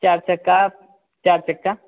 चार चक्का चार चक्का